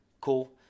Cool